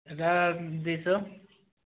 ଏଟା ଦୁଇଶହ